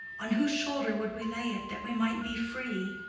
on whose shoulder would we lay it, that we might be free?